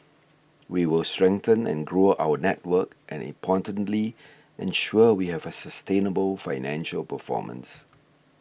we will strengthen and grow our network and importantly ensure we have a sustainable financial performance